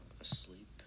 asleep